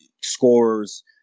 scorers